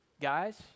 Guys